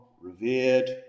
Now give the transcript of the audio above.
revered